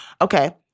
Okay